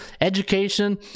education